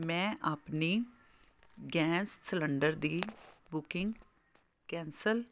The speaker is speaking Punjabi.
ਮੈਂ ਆਪਣੀ ਗੈਂਸ ਸਲੰਡਰ ਦੀ ਬੁਕਿੰਗ ਕੈਂਸਲ